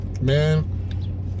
Man